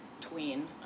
tween